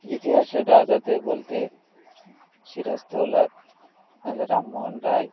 ইতিহাসের রাজাদের বলতে সিরাজদৌল্লা রাজা রামমোহন রায়